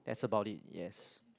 that's about it yes